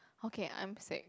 okay I'm sick